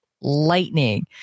lightning